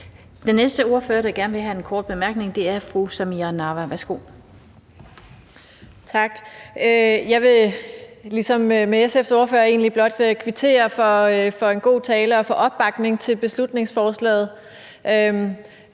Den næste ordfører, der gerne vil have en kort bemærkning, er fru Samira Nawa. Værsgo. Kl. 17:19 Samira Nawa (RV): Tak. Jeg vil ligesom SF's ordfører egentlig blot kvittere for en god tale og for opbakningen til beslutningsforslaget.